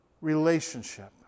relationship